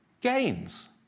gains